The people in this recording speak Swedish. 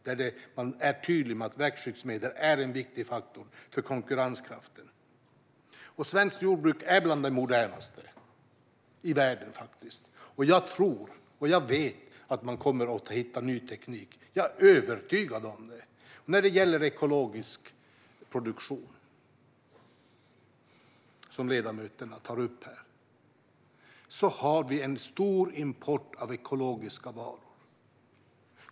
Man är tydlig med att växtskyddsmedel är en viktig faktor för konkurrenskraften. Svenskt jordbruk är bland det modernaste i världen. Och jag vet att man kommer att hitta ny teknik. Jag är övertygad om det. När det gäller ekologisk produktion, som ledamöterna tar upp, har vi stor import av ekologiska varor.